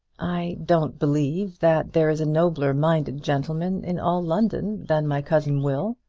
i don't believe that there is a nobler-minded gentleman in all london than my cousin will.